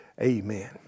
amen